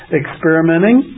experimenting